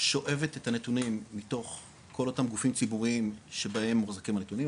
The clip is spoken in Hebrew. שואבת את הנתונים מתוך כל אותם גופים ציבוריים שבהם מוחזקים הנתונים,